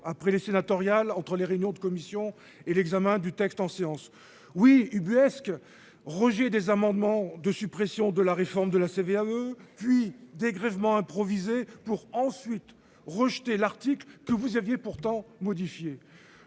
après les sénatoriales entre les réunions de commission et l'examen du texte en séance. Oui, ubuesque rejet des amendements de suppression de la réforme de la CVAE puis dégrèvement improvisé pour ensuite rejeté l'article que vous aviez pourtant modifié.